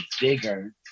bigger